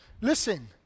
Listen